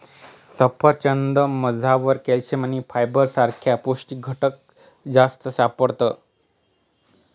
सफरचंदमझार कॅल्शियम आणि फायबर सारखा पौष्टिक घटक जास्त सापडतस